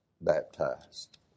baptized